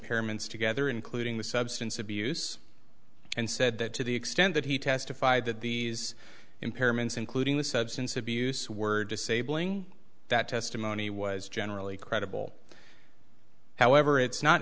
ments together including the substance abuse and said that to the extent that he testified that these impairments including the substance abuse were disabling that testimony was generally credible however it's not